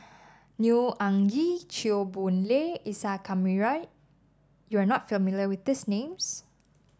Neo Anngee Chew Boon Lay Isa Kamari You are not familiar with these names